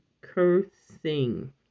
cursing